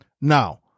Now